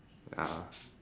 ya